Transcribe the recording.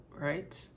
right